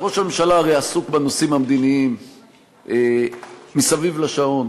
ראש הממשלה הרי עסוק בנושאים המדיניים מסביב לשעון,